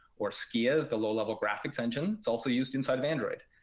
or skia is the low-level graphics engine. it's also used inside android.